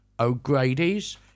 O'Grady's